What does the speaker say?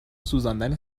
سوزاندن